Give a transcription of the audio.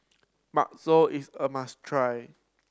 bakso is a must try